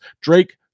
Drake